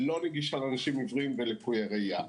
לא נגיש לאנשים עיוורים ולקויי ראיה.